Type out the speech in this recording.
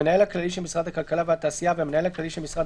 המנהל הכללי של משרד הכלכלה והתעשייה והמנהל הכללי של משרד